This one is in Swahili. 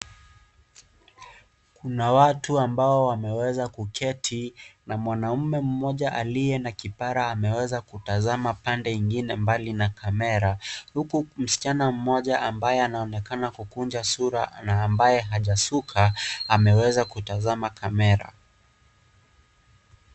Kuna watu ambao wameweza kuketi na mwanaume mmoja aliye na kipara ameweza kutazama pande nyingine mbali na kamera huku msichana mmoja ambaye anaonekana kukunja sura ambaye hajasuka ameweza kutazama kamera.